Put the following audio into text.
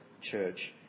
church